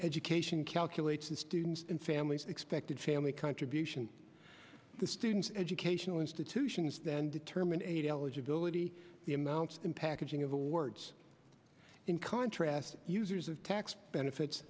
education calculates the students and families expected family contribution the students educational institutions then determine a eligibility the amount in packaging of awards in contrast users of tax benefits